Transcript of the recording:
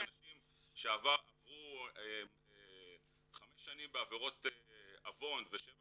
אנשים שעברו חמש שנים בעבירות עוון ושבע